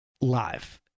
live